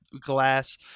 glass